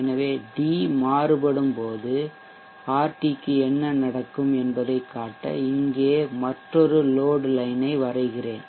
எனவே d மாறுபடும் போது RT க்கு என்ன நடக்கும் என்பதைக் காட்ட இங்கே மற்றொரு லோட்லைன் வரைகிறேன்